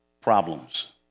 problems